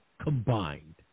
combined